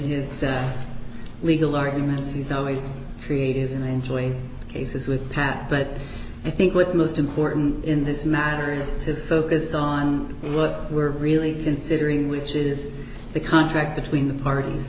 his legal arguments he's always creative and enjoy cases with pat but i think what's most important in this matter is to focus on what we're really considering which is the contract between the parties